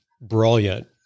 brilliant